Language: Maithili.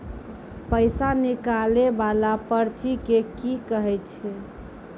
पैसा निकाले वाला पर्ची के की कहै छै?